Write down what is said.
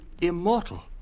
immortal